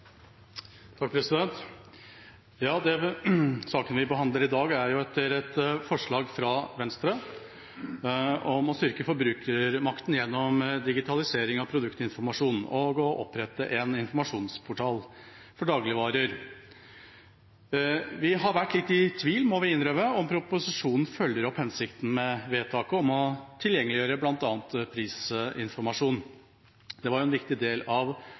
et forslag fra Venstre om å styrke forbrukermakten gjennom digitalisering av produktinformasjon og å opprette en informasjonsportal for dagligvarer. Vi har vært litt i tvil, må vi innrømme, om hvorvidt proposisjonen følger opp hensikten med vedtaket om tilgjengeliggjøring av bl.a. prisinformasjon. Det var en viktig del av